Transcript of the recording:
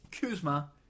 Kuzma